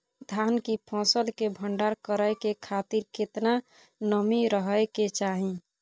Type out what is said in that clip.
धान की फसल के भंडार करै के खातिर केतना नमी रहै के चाही?